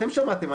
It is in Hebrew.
אתם שמעתם,